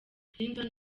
clinton